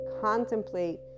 contemplate